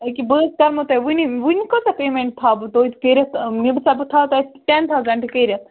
أکیٛاہ بہٕ حظ کَرمو تۄہہِ وٕنی وٕنۍ کۭژاہ پیمٮ۪نٛٹ تھاوٕ بہٕ تویتہِ کٔرِتھ مےٚ باسان بہٕ تھاوَو تۄہہِ ٹٮ۪ن تھاوزنٹ کٔرِتھ